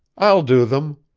i'll do them.